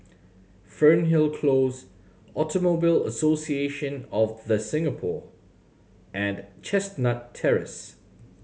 Fernhill Close Automobile Association of The Singapore and Chestnut Terrace